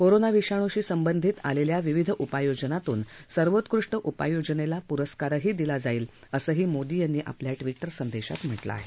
corona विषाणूशी संबंधित आलेल्या विविध उपाययोजनातून सर्वोत्कृष्ट उपाययोजनेला पुरस्कारही दिला जाईल असंही मोदी यांनी आपल्या ट्विटर संदेशात म्हटलं आहे